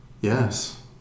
Yes